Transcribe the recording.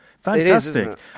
Fantastic